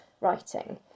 writing